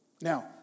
Now